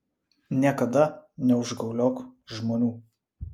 niekada neužgauliok žmonių